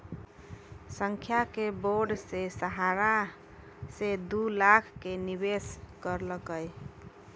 संध्या ने बॉण्ड के सहारा से दू लाख के निवेश करलकै